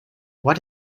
what